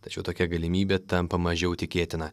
tačiau tokia galimybė tampa mažiau tikėtina